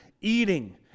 eating